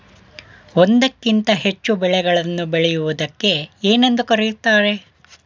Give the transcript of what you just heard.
ಒಂದಕ್ಕಿಂತ ಹೆಚ್ಚು ಬೆಳೆಗಳನ್ನು ಬೆಳೆಯುವುದಕ್ಕೆ ಏನೆಂದು ಕರೆಯುತ್ತಾರೆ?